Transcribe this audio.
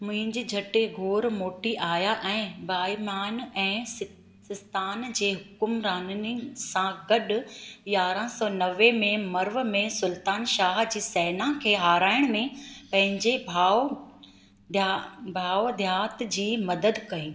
मुंहिंजी झट घोर मोटी आया ऐं बाईमान ऐं सि सिस्तान जे हुकुमराननि सां गॾु यांरांह सौ नवें में मर्व में सुल्तान शाह जी सेना खे हाराइण में पंहिंजे भाउ घिया भाउ घियाथ जी मदद कई